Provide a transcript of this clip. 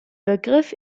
begriff